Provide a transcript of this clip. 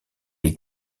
est